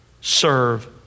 serve